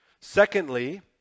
Secondly